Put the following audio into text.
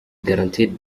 guaranteed